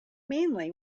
mainly